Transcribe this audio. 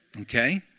Okay